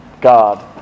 God